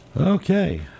Okay